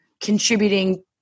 contributing